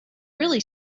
really